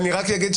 אני רק אגיד,